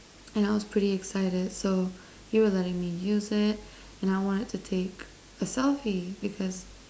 and I was pretty excited so you were letting me use it and I wanted to take a selfie because